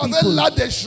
people